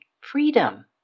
freedom